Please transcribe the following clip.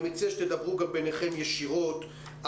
אני מציע שתדברו גם ביניכם ישירות.